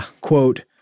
Quote –